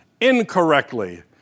incorrectly